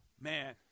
Man